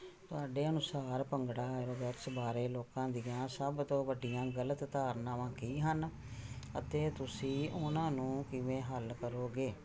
ਤੁਹਾਡੇ ਅਨੁਸਾਰ ਭੰਗੜਾ ਐਰੋਬੈਕਸ ਬਾਰੇ ਲੋਕਾਂ ਦੀਆਂ ਸਭ ਤੋਂ ਵੱਡੀਆਂ ਗਲਤ ਧਾਰਨਾਵਾਂ ਕੀ ਹਨ ਅਤੇ ਤੁਸੀਂ ਉਹਨਾਂ ਨੂੰ ਕਿਵੇਂ ਹੱਲ ਕਰੋਗੇ